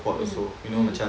mm mm